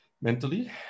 Mentally